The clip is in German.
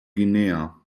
guinea